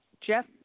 Jeff